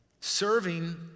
Serving